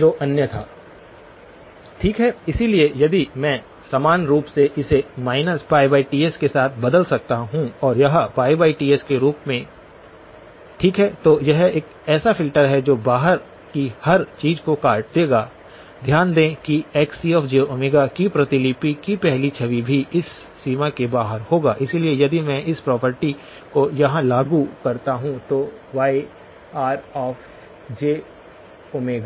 0 अन्यथा ठीक है इसलिए यदि मैं समान रूप से इसे Ts के साथ बदल सकता हूं और यह Ts के रूप में ठीक है तो यह एक ऐसा फिल्टर है जो बाहर की हर चीज को काट देगा ध्यान दें कि Xcj की प्रतिलिपि की पहली छवि भी इस सीमा के बाहर होगा इसलिए यदि मैं इस प्रॉपर्टी को यहां लागू करता हूं तो वाई ऑफ जे ओमेगा